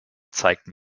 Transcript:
zeigten